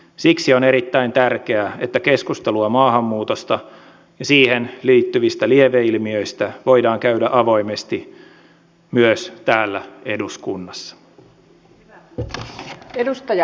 siksi on erittäin tärkeää että keskustelua maahanmuutosta ja siihen liittyvistä lieveilmiöistä voidaan käydä avoimesti myös täällä eduskunnassa